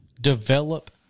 Develop